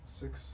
six